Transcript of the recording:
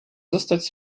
zostać